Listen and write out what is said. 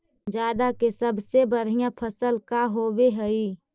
जादा के सबसे बढ़िया फसल का होवे हई?